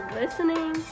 listening